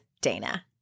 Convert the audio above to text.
Dana